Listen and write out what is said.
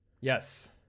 Yes